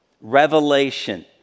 Revelation